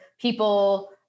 people